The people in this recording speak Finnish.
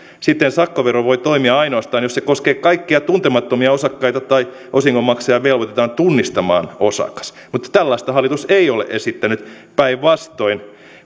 siten sakkovero voi toimia ainoastaan jos se koskee kaikkia tuntemattomia osakkaita tai osingonmaksaja velvoitetaan tunnistamaan osakas mutta tällaista hallitus ei ole esittänyt päinvastoin